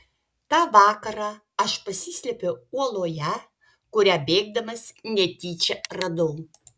tą vakarą aš pasislėpiau uoloje kurią bėgdamas netyčia radau